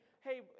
hey